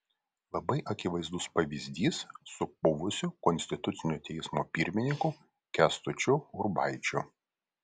labai akivaizdus pavyzdys su buvusiu konstitucinio teismo pirmininku kęstučiu urbaičiu